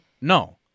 no